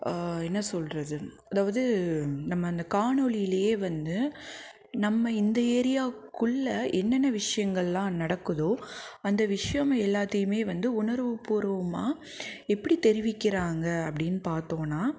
என்ன சொல்கிறது அதாவது நம்ம அந்த காணொளியிலேயே வந்து நம்ம இந்த ஏரியாவுக்குள்ள என்னென்ன விஷயங்கள்லாம் நடக்குதோ அந்த விஷயம் எல்லாத்தையுமே வந்து உணர்வுப்பூர்வமாக எப்படி தெரிவிக்கிறாங்கள் அப்படின்னு பார்த்தோன்னா